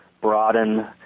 broaden